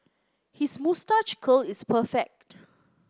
his moustache curl is perfect